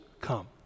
come